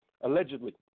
Allegedly